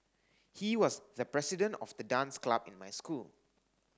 he was the president of the dance club in my school